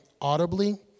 audibly